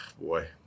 boy